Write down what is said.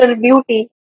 beauty